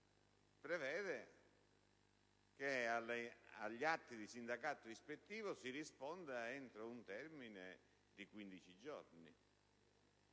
prevede che agli atti di sindacato ispettivo si risponda entro un termine di 15 giorni.